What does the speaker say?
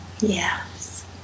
Yes